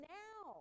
now